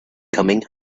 coming